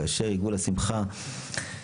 כאשר עיגול השמחה הוא גדול,